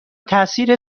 تاثیر